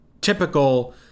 typical